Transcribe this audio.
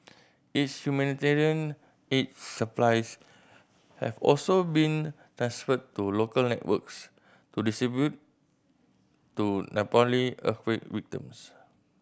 its humanitarian aid supplies have also been transferred to local networks to distribute to Nepali earthquake victims